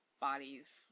bodies